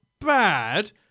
bad